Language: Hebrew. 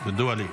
ידוע לי.